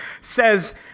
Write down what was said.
says